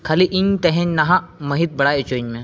ᱠᱷᱟᱹᱞᱤ ᱤᱧ ᱛᱮᱦᱮᱧ ᱱᱟᱦᱟᱜ ᱢᱟᱹᱦᱤᱛ ᱵᱟᱰᱟᱭ ᱚᱪᱚᱧᱢᱮ